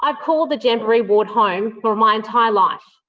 um called the jamboree ward home for my entire life.